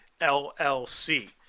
LLC